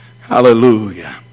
Hallelujah